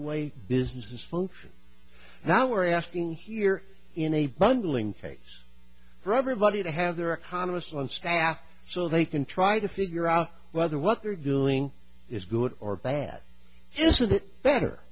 way business is function that we're asking here in a bundling case for everybody to have their economists on staff so they can try to figure out whether what they're doing is good or bad isn't it better